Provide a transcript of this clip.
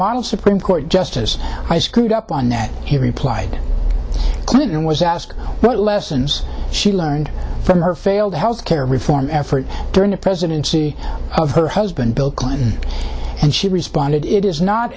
model supreme court justice i screwed up on that he replied clinton was asked what lessons she learned from her failed health care reform effort during the presidency of her husband bill clinton and she responded it is not